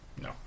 No